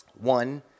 One